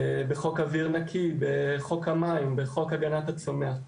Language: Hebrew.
בחוק אוויר נקי, בחוק המים, בחוק הגנת הצומח.